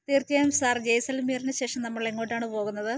തീർച്ചയായും സാർ ജയ്സൽമീറിന് ശേഷം നമ്മളെങ്ങോട്ടാണ് പോകുന്നത്